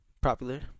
popular